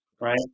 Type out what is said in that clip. Right